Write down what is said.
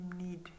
need